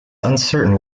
uncertain